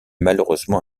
malheureusement